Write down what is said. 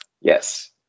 Yes